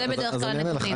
זה בדרך כלל הנתונים.